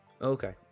Okay